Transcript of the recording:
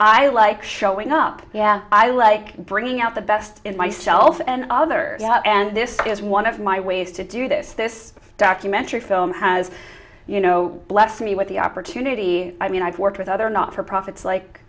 i like showing up yeah i like bringing out the best in myself and others and this is one of my ways to do this this documentary film has you know blessed me with the opportunity i mean i've worked with other not for profit